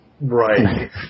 Right